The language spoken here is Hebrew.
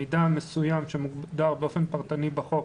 מידע מסוים שמוגדר באופן פרטני בחוק